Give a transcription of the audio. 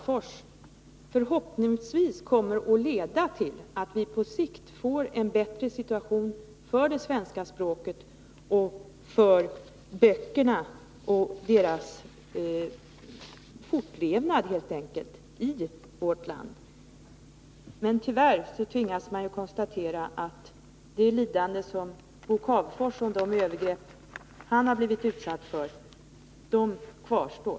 Förhoppningsvis kommer fallet Bo Cavefors att leda till en på sikt bättre situation för det svenska språket och för böckernas fortlevnad i vårt land. Tyvärr tvingas man konstatera att det lidande och de övergrepp som Bo Cavefors utsatts för kvarstår.